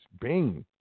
Bing